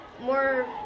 more